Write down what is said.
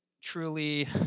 truly